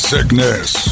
Sickness